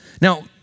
Now